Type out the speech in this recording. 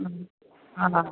आं आहां